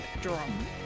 drum